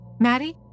Maddie